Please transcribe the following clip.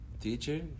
teacher